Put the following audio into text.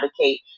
advocate